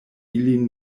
ilin